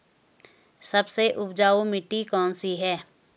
सबसे उपजाऊ मिट्टी कौन सी है?